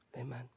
Amen